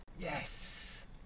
Yes